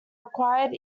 acquired